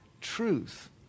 truth